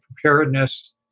preparedness